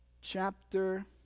chapter